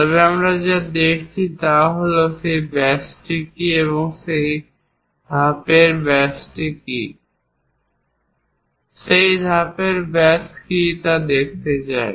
তবে আমরা যা দেখাচ্ছি তা হল সেই ব্যাসটি কী সেই ধাপের ব্যাস কী সেই ধাপের ব্যাস কী আমরা দেখাতে চাই